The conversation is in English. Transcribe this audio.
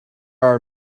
are